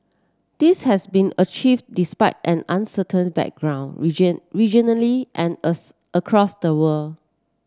this has been achieved despite an uncertain background region regionally and across the world